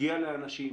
הגיע לאנשים,